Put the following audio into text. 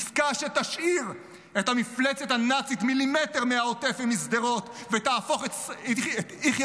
עסקה שתשאיר את המפלצת הנאצית מילימטר מהעוטף ומשדרות ותהפוך את יחיא